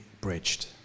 bridged